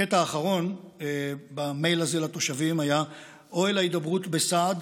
הקטע האחרון במייל הזה לתושבים היה "אוהל ההידברות בסעד.